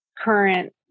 current